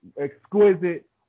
exquisite